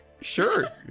Sure